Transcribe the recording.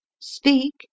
speak